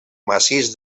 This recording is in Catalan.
massís